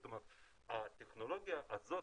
זאת אומרת, הטכנולוגיה הזאת